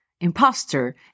imposter